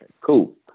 Cool